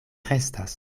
restas